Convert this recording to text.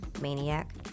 Maniac